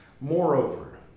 Moreover